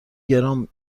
گران